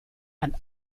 and